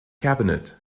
cabinet